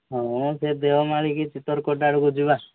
ହଁ ସେ ଦେଓମାଳି କି ଚିତରକୋଟ ଆଡ଼କୁ ଯିବା